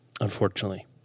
Unfortunately